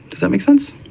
does that make sense?